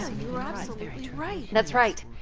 you're absolutely right. that's right!